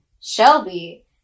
Shelby